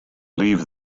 leave